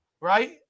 right